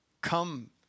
Come